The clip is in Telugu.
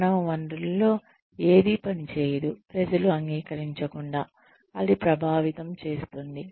మానవ వనరులలో ఏదీ పనిచేయదు ప్రజలు అంగీకరించకుండా అది ప్రభావితం చేస్తుంది